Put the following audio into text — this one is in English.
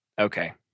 okay